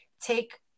Take